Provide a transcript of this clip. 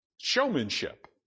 Showmanship